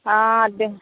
అదే